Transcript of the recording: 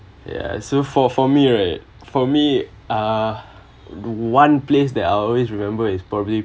ya so for for me right for me uh one place that I'll always remember is probably